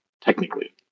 technically